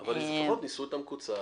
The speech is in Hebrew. אבל לפחות ניסו את המקוצר,